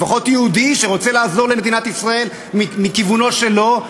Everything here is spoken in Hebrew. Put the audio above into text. לפחות יהודי שרוצה לעזור למדינת ישראל מכיוונו שלו,